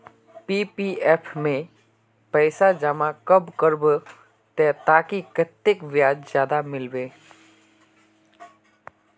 PPF में पैसा जमा कब करबो ते ताकि कतेक ब्याज ज्यादा मिलबे?